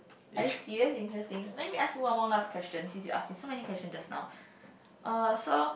are you serious interesting let me ask you one more last question since you ask me so many question just now uh so